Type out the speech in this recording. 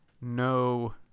no